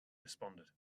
responded